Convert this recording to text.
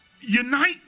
unite